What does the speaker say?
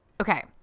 Okay